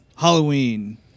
Halloween